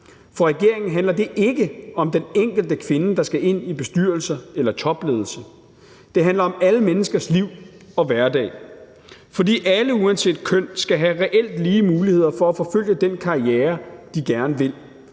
For regeringen handler det ikke om den enkelte kvinde, der skal ind i bestyrelse eller topledelse. Det handler om alle menneskers liv og hverdag. For alle uanset køn skal have reelt lige muligheder for at forfølge den karriere, de gerne vil,